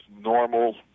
normal